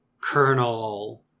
Colonel